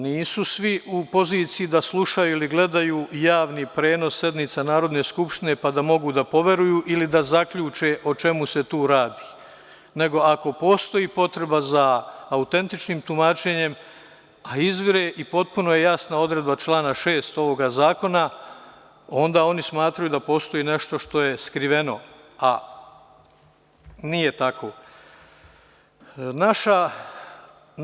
Nisu svi u poziciji da slušaju ili gledaju javni prenos sednica Narodne skupštine da mogu da poveruju ili da zaključe o čemu se tu radi, nego ako postoji potreba za autentičnim tumačenjem, a izvire i potpuno je jasna odredba člana 6. ovoga zakona, onda oni smatraju da postoji nešto što je skriveno, a nije tako.